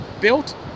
Built